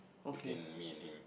between me and him